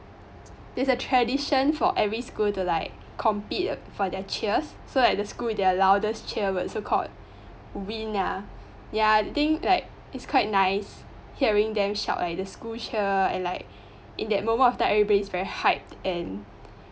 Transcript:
there's a tradition for every school to like compete err for their cheers so like the school with the loudest cheers were so-called win ah ya I think like it's quite nice hearing them shout like the school cheer and like in that moment of time everyone is very hyped and